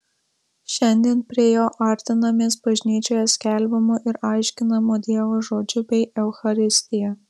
šiandien prie jo artinamės bažnyčioje skelbiamu ir aiškinamu dievo žodžiu bei eucharistija